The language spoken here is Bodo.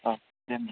औ दे